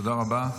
תודה רבה.